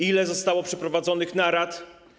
Ile zostało przeprowadzonych narad?